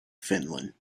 finland